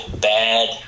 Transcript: bad